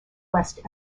west